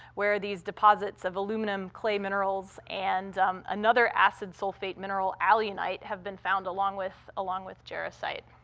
where these deposits of aluminum, clay minerals, and another acid-sulfate mineral, eolianite, have been found along with along with jarosite.